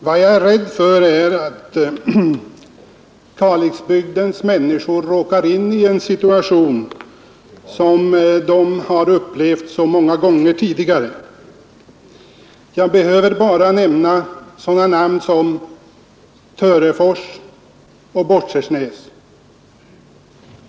Herr talman! Vad jag är rädd för är att Kalixbygdens människor råkar in i en situation som de har upplevt så många gånger tidigare. Jag behöver bara nämna sådana namn som Törefors och Båtskärsnäs.